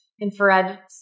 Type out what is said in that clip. infrared